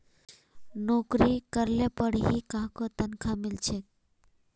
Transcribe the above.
नोकरी करले पर ही काहको तनखा मिले छे